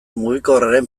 mugikorraren